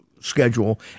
schedule